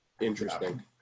Interesting